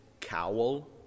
cowl